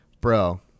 Bro